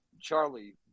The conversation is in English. Charlie